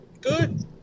good